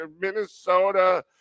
Minnesota